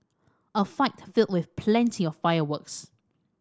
a fight filled with plenty of fireworks